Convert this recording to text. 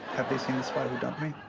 have they seen the spy who dumped me?